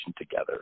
together